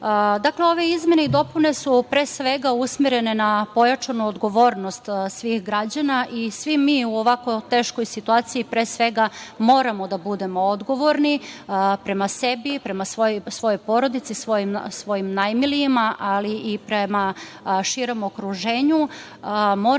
zaštite. Ove izmene i dopune su pre svega usmerene na pojačanu odgovornost svih građana i svi mi u ovako teškoj situaciji pre svega moramo da budemo odgovorni prema sebi, svojoj porodici, svojim najmilijima, ali i prema širem okruženju.